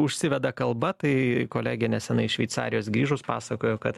užsiveda kalba tai kolegė nesenai iš šveicarijos grįžus pasakojo kad